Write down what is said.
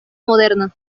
moderna